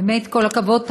באמת כל הכבוד.